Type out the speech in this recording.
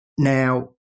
Now